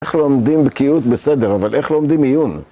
איך לומדים בקיאות בסדר, אבל איך לומדים עיון?